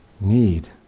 need